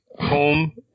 home